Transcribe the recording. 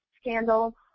scandal